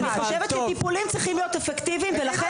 אני חושבת שטיפולים צריכים להיות אפקטיביים ולכן